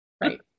right